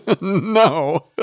No